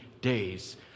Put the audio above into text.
days